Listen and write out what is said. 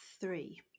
three